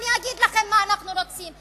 אני אגיד לכם מה אנחנו רוצים.